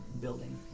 building